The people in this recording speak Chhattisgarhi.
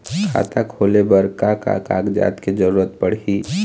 खाता खोले बर का का कागजात के जरूरत पड़ही?